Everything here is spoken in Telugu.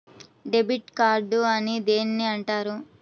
డెబిట్ కార్డు అని దేనిని అంటారు?